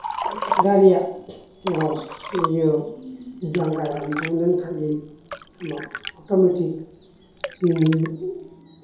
ᱠᱟᱭᱨᱟ ᱨᱮᱭᱟᱜ ᱨᱚᱥ ᱤᱭᱟᱹ ᱡᱟᱝ ᱠᱟᱭᱨᱟᱢ ᱡᱚᱢ ᱞᱮᱠᱷᱟᱱ ᱜᱮ ᱟᱢᱟᱜ ᱚᱴᱳᱢᱮᱴᱤᱠ ᱦᱤᱱᱟᱹᱱᱤᱭᱟᱹ